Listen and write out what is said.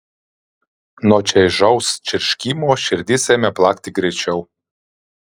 nuo čaižaus čirškimo širdis ėmė plakti greičiau